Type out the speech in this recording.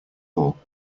all